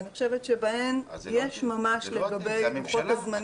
ואני חושבת שבהן יש ממש מבחינת לוחות הזמנים